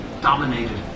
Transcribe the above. dominated